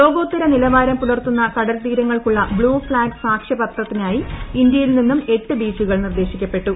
ലോകോത്തര നിലവാരം പുലർത്തുന്ന കടൽത്തീരങ്ങൾക്കുള്ള ബ്ലൂ ഫ്ളാഗ് സാക്ഷ്യപത്രത്തിനായി ഇന്ത്യയിൽ നിന്നും എട്ട് ബീച്ചുകൾ നിർദ്ദേശിക്കപ്പെട്ടു